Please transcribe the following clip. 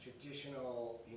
traditional